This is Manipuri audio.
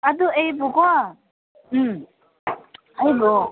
ꯑꯗꯨ ꯑꯩꯕꯨ ꯀꯣ ꯎꯝ ꯑꯩꯕꯨ